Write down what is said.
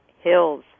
Hills